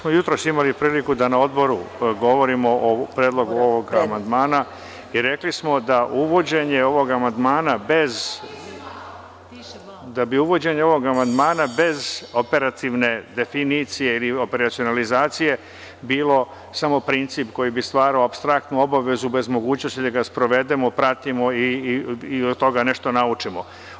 Mi smo jutros imali priliku da na odboru govorimo o predlogu ovog amandmana i rekli smo da uvođenje ovog amandmana bez operativne definicije ili operacionalizacije bilo samo princip koji bi stvarao apstraktnu obavezu bez mogućnosti da ga sprovedemo, pratimo i od toga nešto naučimo.